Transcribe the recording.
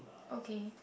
okay